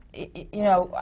you know,